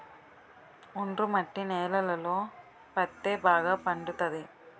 ఒండ్రు మట్టి నేలలలో పత్తే బాగా పండుతది